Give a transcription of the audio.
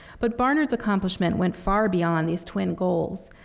but barnard's accomplishment went far beyond these twin goals.